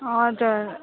हजुर